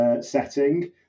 setting